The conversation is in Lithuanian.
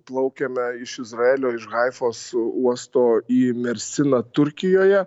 plaukėme iš izraelio iš haifos uosto į mersiną turkijoje